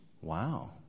wow